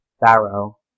Barrow